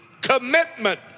commitment